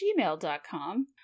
gmail.com